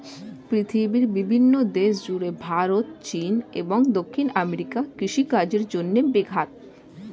পৃথিবীর বিভিন্ন দেশ জুড়ে ভারত, চীন এবং দক্ষিণ আমেরিকা কৃষিকাজের জন্যে বিখ্যাত